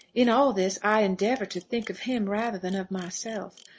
in all this, i endeavour to think of him rather than of myself.